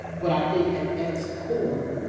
but i think, at at its core,